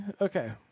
okay